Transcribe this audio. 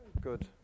good